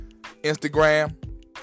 Instagram